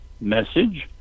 message